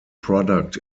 product